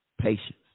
Patience